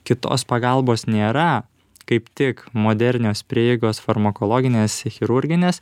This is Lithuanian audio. kitos pagalbos nėra kaip tik modernios prieigos farmakologinės chirurginės